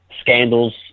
scandals